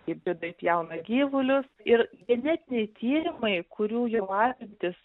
hibridai pjauna gyvulius ir genetiniai tyrimai kurių jau apimtys